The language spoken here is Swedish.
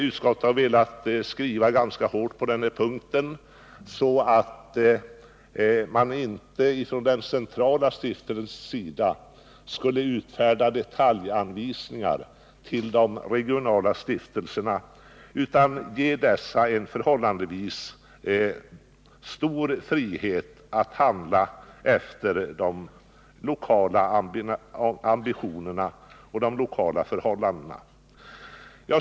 Utskottet har velat skriva ganska hårt på den här punkten, så att man inte från den centrala stiftelsens sida skulle utfärda detaljanvisningar till de regionala stiftelserna utan ge dessa en förhållandevis stor frihet att handla efter de lokala ambitionerna och de lokala förhållandena.